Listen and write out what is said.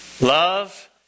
Love